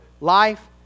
life